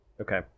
okay